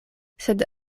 sed